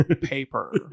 paper